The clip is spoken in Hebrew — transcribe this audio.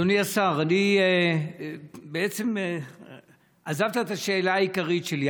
אדוני השר, בעצם עזבת את השאלה העיקרית שלי.